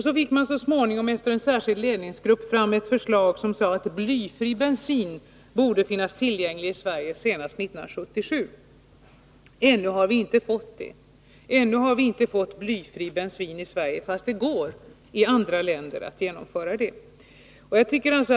Så småningom lade en särskild ledningsgrupp fram ett förslag om att blyfri bensin borde finnas tillgänglig i Sverige senast 1977. Ännu har vi inte fått blyfri bensin i Sverige, fastän det är möjligt i andra länder.